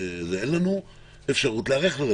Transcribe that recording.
אין לנו אפשרות להיערך לזה.